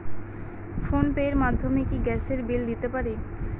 Phone pay র মাধ্যমে কি গ্যাসের বিল দিতে পারি?